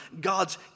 God's